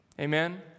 Amen